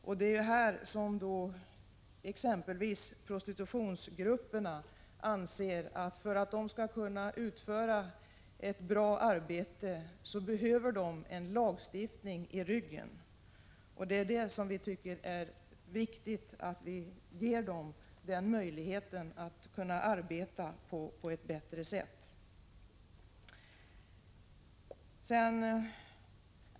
Därvidlag anser t.ex. prostitutionsgrupperna att det, för att de skall kunna utföra ett bra arbete, behövs en lagstiftning på området. Vi tycker att det är viktigt att ge dem möjligheter att arbeta på ett bättre sätt.